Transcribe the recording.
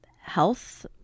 health